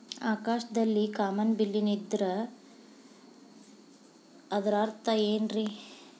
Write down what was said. ಆಕಾಶದಲ್ಲಿ ಕಾಮನಬಿಲ್ಲಿನ ಇದ್ದರೆ ಅದರ ಅರ್ಥ ಏನ್ ರಿ?